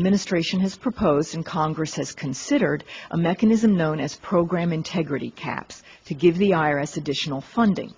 administration has proposed and congress has considered a mechanism known as program integrity caps to give the iris additional funding